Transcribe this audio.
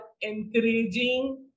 encouraging